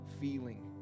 feeling